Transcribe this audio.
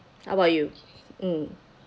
how about you mm